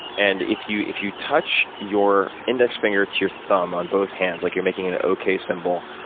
and if you if you touch your index finger to your thumb on both hands like you're making an okay symbol,